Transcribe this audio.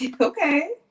Okay